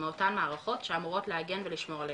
מאותן מערכות שאמורות להגן ולשמור עלינו.